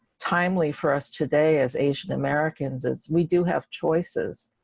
timely for us today as asian americans is we do have choices,